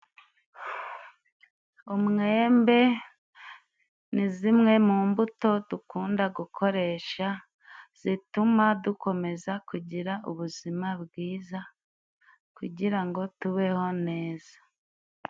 Umwembe ni zimwe mu mbuto dukunda gukoresha zituma dukomeza kugira ubuzima bwiza kugira ngo tubeho neza.